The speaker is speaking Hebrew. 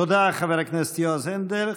תודה, חבר הכנסת יועז הנדל.